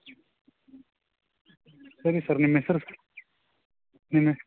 ಸರಿ ಸರ್ ನಿಮ್ಮ ಹೆಸ್ರು ಸರ್ ನಿಮ್ಮ ಹೆಸ್